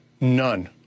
None